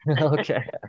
Okay